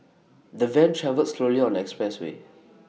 the van travelled slowly on the expressway